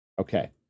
Okay